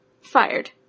Fired